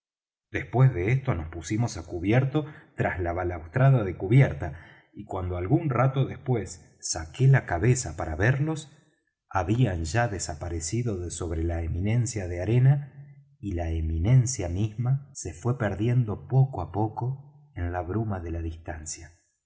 después de esto nos pusimos á cubierto tras la balaustrada de cubierta y cuando algún rato después saqué la cabeza para verlos habían ya desaparecido de sobre la eminencia de arena y la eminencia misma se fué perdiendo poco á poco en la bruma de la distancia